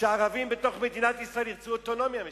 מספר הערבים במדינת ישראל ירצו אוטונומיה משלהם.